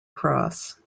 cross